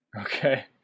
Okay